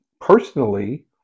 personally